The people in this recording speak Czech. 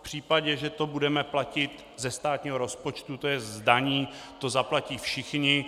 V případě, že to budeme platit ze státního rozpočtu, to jest z daní, to zaplatí všichni.